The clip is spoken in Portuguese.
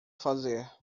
fazer